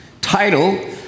title